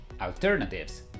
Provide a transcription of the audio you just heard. alternatives